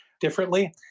differently